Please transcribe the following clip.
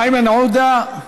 איימן עודה,